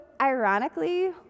ironically